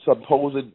supposed